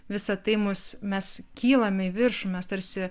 visa tai mus mes kylam į viršų mes tarsi